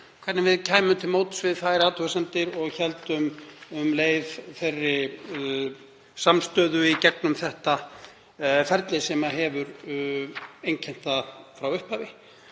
hvernig við gætum komið til móts við þær athugasemdir og haldið um leið þeirri samstöðu í gegnum þetta ferli sem hefur einkennt það frá upphafi.